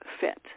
fit